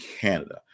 Canada